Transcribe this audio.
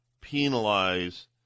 penalize